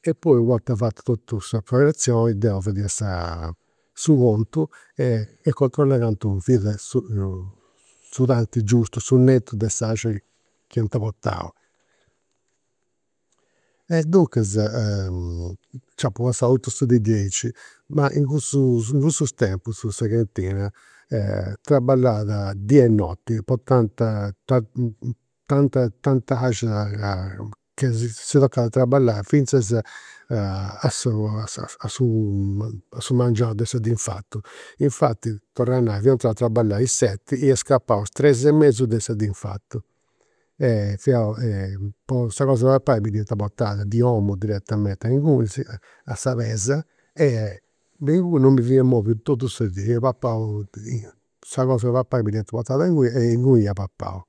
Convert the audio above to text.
E poi u'orta fatu totu s'operazioni deu fadia sa su contu e controllà cantu fiat su su tanti giustu, su nettu de s'axia chi iant portau. E duncas nci apu passau totu sa dì diaici. Ma in cussus, cussus tempus sa cantina traballat dì e noti, portant tant'axia ca si tocat a traballai finzas a su a su mengianu de sa dì infatu. Infati, torr'a nai, fia intrau a traballai a is seti e ia scapau a is tres e mesu de sa dì infatu. E fiaus po sa cos'e papai mi dd'iant portada di 'omu direttamenti a ingunis, a sa pesa, e de inguni non mi fia moviu totu sa dì. Ia papau sa cos'e papai mi dd'iant portada inguni e inguni ia papau.